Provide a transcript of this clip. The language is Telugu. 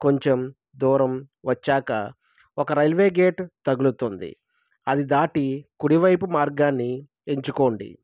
కొంచెం దూరం వచ్చాక ఒక రైల్వే గేట్ తగులుతుంది అది దాటి కుడివైపు మార్గాన్ని ఎంచుకోండి